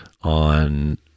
on